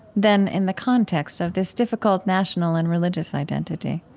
then in the context of this difficult national and religious identity